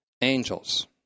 angels